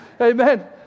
Amen